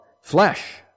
Flesh